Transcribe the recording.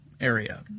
area